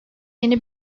yeni